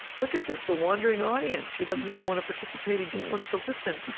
look at this. the wandering audience. he doesn't even want to participate. he just wants to listen.